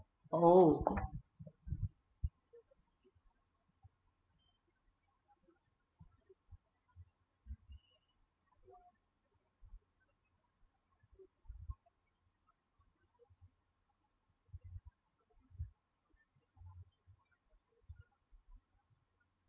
oh